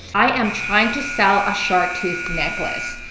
i am trying to sell a shark tooth necklace.